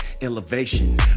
elevation